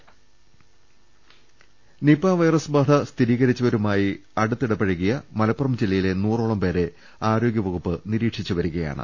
ദർവ്വെട്ടറ നിപ വൈറസ് ബാധ സ്ഥിരീകരിച്ചവരുമായി അടുത്തിടപഴകിയ മലപ്പുറം ജില്ലയിലെ നൂറോളം പേരെ ആരോഗൃവകുപ്പ് നിരീക്ഷിച്ചുവരികയാണ്